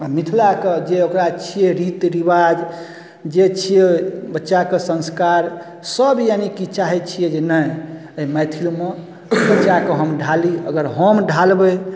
मिथिलाके जे ओकरा छिए रीतरिवाज जे छिए बच्चाके सँस्कारसब यानीकि चाहै छिए जे नहि एहि मैथिलीमे बच्चाके हम ढाली अगर हम ढालबै